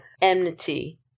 enmity